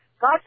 God